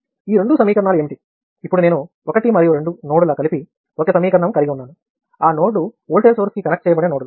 ఈ మూడు సమీకరణాలు ఏమిటి ఇప్పుడు నేను 1 మరియు 2 నోడ్ల కలిపి ఒక సమీకరణం ను కలిగి ఉన్నాను ఆ నోడ్ లు వోల్టేజ్ సోర్స్ కి కనెక్ట్ చేయబడిన నోడ్లు